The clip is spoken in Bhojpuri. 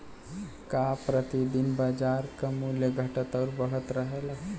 का प्रति दिन बाजार क मूल्य घटत और बढ़त रहेला?